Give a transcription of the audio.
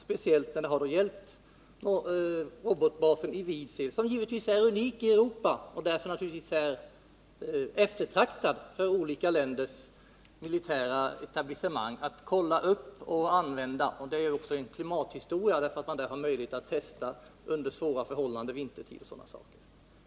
Speciellt har detta gällt robotbasen Vidsel, som givetvis är unik i Europa och därför ett eftertraktat studieobjekt av olika länders militära etablissemang. Det är härvidlag också fråga om klimatet, därför att man vid denna bas har möjlighet att under svåra förhållanden kunna genomföra tester.